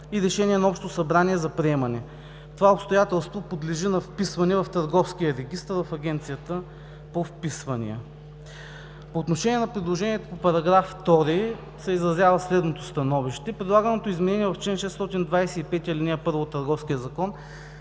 и решение на общото събрание за приемане. Това обстоятелство подлежи на вписване в Търговския регистър в Агенцията по вписванията“. По отношение на предложението по § 2 се изразява следното становище: „Предлаганото изменение в чл. 625, ал. 1 от Търговския закон